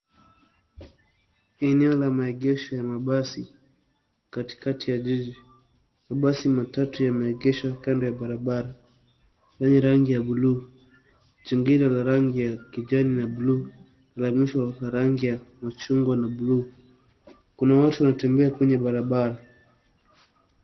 Eneo la maegesho ya mabasi katikati ya jiji. Mabasi matatu yameegeshwa kando ya barabara yenye rangi ya buluu jingine rangi ya kijani na buluu, la mwisho rangi ya machungwa na buluu. Kuna watu wanatembea kwenye barabara.